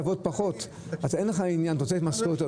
תשאירו אותנו בענף, תצילו אותנו.